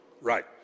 right